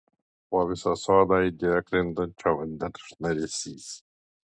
po visą sodą aidėjo krintančio vandens šnaresys